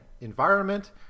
environment